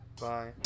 Bye